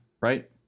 Right